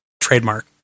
trademark